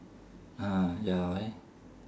ah ya why